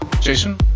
Jason